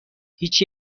هیچ